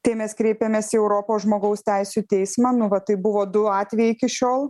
tai mes kreipėmės į europos žmogaus teisių teismą nu va tai buvo du atvejai iki šiol